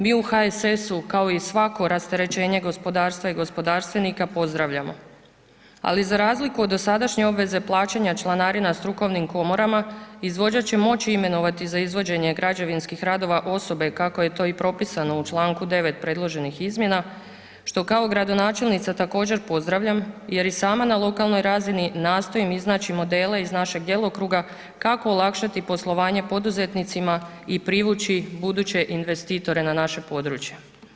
Mi u HSS-u kao i svako rasterečenje gospodarstva i gospodarstvenika pozdravljamo ali za razliku od dosadašnje obveze plaćanja članarina strukovnim komorama izvođač će moći imenovati za izvođenje građevinskih radova osobe kako je to i propisano u članku 9. predloženih izmjena što kao gradonačelnica također pozdravljam jer i sama na lokalnoj razini nastojim iznaći modele iz našeg djelokruga kako olakšati poslovanje poduzetnicima i privući buduće investitore na naše područje.